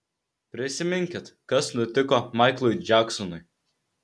prisiminkit kas nutiko maiklui džeksonui